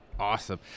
Awesome